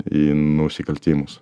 į nusikaltimus